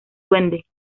duende